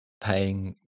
paying